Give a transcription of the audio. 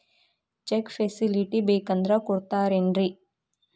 Check facility ಬೇಕಂದ್ರ ಕೊಡ್ತಾರೇನ್ರಿ?